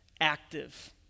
Active